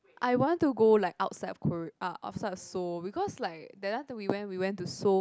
I want to go like outside of Kor~ uh outside Seoul because like the last time we went we went to Seoul